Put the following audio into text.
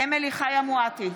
אמילי חיה מואטי,